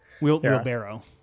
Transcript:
Wheelbarrow